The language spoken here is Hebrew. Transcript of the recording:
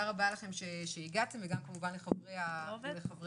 תודה רבה לכם שהגעתם וגם כמובן לחברי הוועדה.